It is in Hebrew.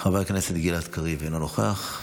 חבר הכנסת גלעד קריב, אינו נוכח,